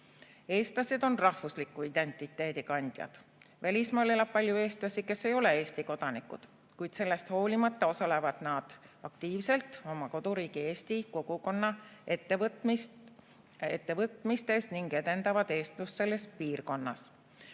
Eestlased on rahvusliku identiteedi kandjad. Välismaal elab palju eestlasi, kes ei ole Eesti kodanikud, kuid sellest hoolimata osalevad nad aktiivselt oma koduriigi Eesti kogukonna ettevõtmistes ning edendavad eestlust selles piirkonnas.